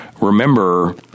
remember